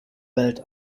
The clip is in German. welt